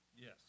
Yes